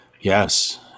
Yes